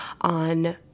on